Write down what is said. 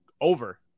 over